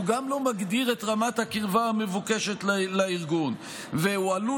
הוא גם לא מגדיר את רמת הקרבה המבוקשת לארגון והוא עלול